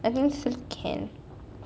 I think still can